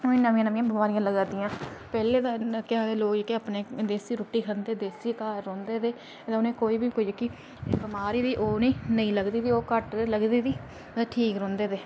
उ'नें गी नमियां नमियां बमारियां लग्गा दियां पैह्लें ते केह् आखदे लोक जियां अपने देसी रुट्टी खंदे देसी घर रौहंदे ते इ'यां मतलब कोई बी जेहकी बमारी ओह् उ'नेंगी नेईं लगदी ओह् घट्ट लगदी ही ठीक रौंह्दे हे